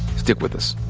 stick with us.